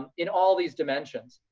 in all these dimensions.